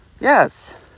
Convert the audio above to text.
Yes